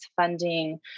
funding